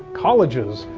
colleges,